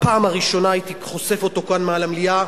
בפעם הראשונה הייתי חושף אותו כאן מול המליאה,